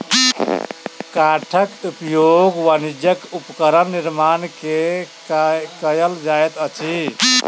काठक उपयोग वाणिज्यक उपकरण निर्माण में कयल जाइत अछि